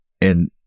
And-